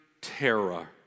terror